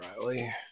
Riley